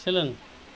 सोलों